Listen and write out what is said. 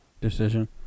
decision